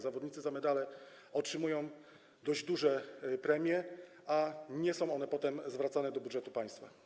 Zawodnicy za medale otrzymują dość duże premie, ale nie są one potem zwracane do budżetu państwa.